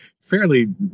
fairly